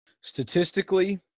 Statistically